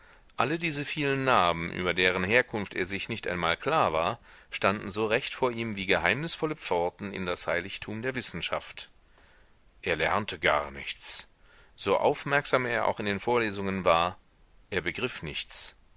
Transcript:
alle diese vielen namen über deren herkunft er sich nicht einmal klar war standen so recht vor ihm wie geheimnisvolle pforten in das heiligtum der wissenschaft er lernte gar nichts so aufmerksam er auch in den vorlesungen war er begriff nichts